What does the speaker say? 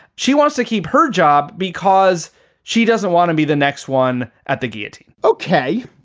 she wants to keep her job because she doesn't want to be the next one at the gate okay,